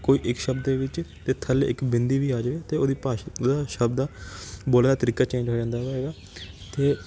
ਕੋਈ ਇੱਕ ਸ਼ਬਦ ਦੇ ਵਿੱਚ ਅਤੇ ਥੱਲੇ ਇੱਕ ਬਿੰਦੀ ਵੀ ਆ ਜਵੇ ਤਾਂ ਉਹਦੀ ਭਾਸ਼ਾ ਦਾ ਸ਼ਬਦ ਦਾ ਬੋਲਣ ਦਾ ਤਰੀਕਾ ਚੇਂਜ ਹੋ ਜਾਂਦਾ ਵਾ ਹੈਗਾ ਅਤੇ